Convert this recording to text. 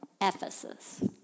Ephesus